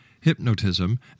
hypnotism